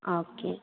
okay